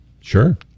Sure